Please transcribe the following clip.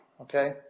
Okay